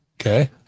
Okay